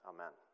Amen